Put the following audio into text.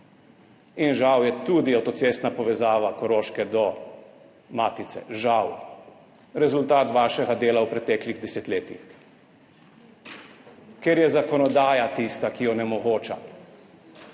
In žal je tudi avtocestna povezava Koroške do matice, žal, rezultat vašega dela v preteklih desetletjih, ker je zakonodaja tista, ki onemogoča